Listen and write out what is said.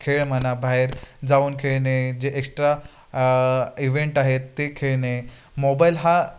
खेळ म्हणा बाहेर जाऊन खेळणे जे एक्स्ट्रा इवेंट आहेत ते खेळणे मोबाईल हा